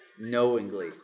Knowingly